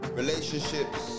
relationships